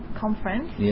Conference